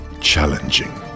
challenging